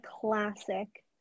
classic